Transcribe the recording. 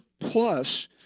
plus